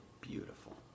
beautiful